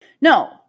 No